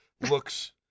looks